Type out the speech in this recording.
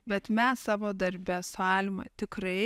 bet mes savo darbe su alma tikrai